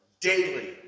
daily